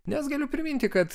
nes galiu priminti kad